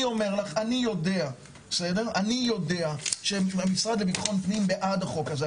אני אומר לך - אני יודע שהמשרד לביטחון פנים בעד החוק הזה.